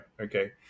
Okay